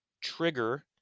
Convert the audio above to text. trigger